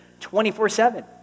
24-7